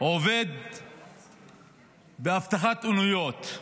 עובד באבטחת אוניות,